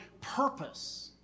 purpose